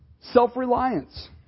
Self-reliance